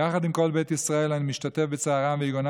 יחד עם כל בית ישראל אני משתתף בצערן ויגונן